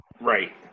right